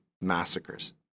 massacres